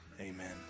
Amen